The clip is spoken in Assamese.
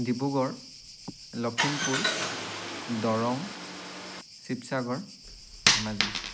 ডিব্ৰুগড় লখিমপুৰ দৰং শিৱসাগৰ ধেমাজি